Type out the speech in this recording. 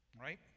Right